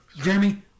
Jeremy